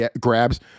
grabs